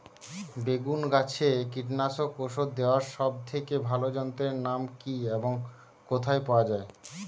বেগুন গাছে কীটনাশক ওষুধ দেওয়ার সব থেকে ভালো যন্ত্রের নাম কি এবং কোথায় পাওয়া যায়?